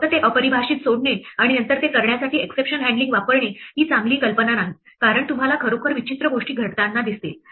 फक्त ते अपरिभाषित सोडणे आणि नंतर ते करण्यासाठी एक्सेप्शन हॅन्डलींग वापरणे ही चांगली कल्पना नाही कारण तुम्हाला खरोखर विचित्र गोष्टी घडताना दिसतील